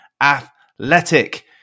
Athletic